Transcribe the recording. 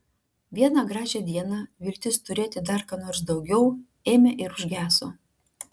vieną gražią dieną viltis turėti dar ką nors daugiau ėmė ir užgeso